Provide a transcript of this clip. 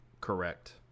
Correct